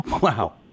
Wow